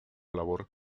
labor